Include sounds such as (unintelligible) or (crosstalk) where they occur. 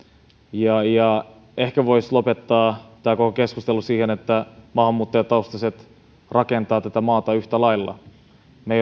ja ja ehkä voisi lopettaa tämän koko keskustelun siihen että maahanmuuttajataustaiset rakentavat tätä maata yhtä lailla me (unintelligible)